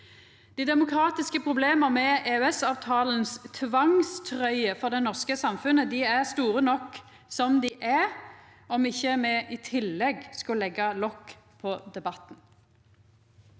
Dei demokratiske problema med EØS-avtalen si tvangstrøye for det norske samfunnet er store nok som dei er, om me ikkje i tillegg skulle leggja lokk på debatten.